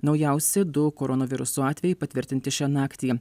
naujausi du koronaviruso atvejai patvirtinti šią naktį